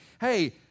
hey